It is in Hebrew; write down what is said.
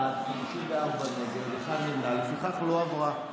לפיכך ההסתייגות לא עברה.